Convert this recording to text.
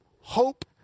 Hope